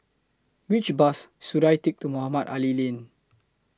Which Bus should I Take to Mohamed Ali Lane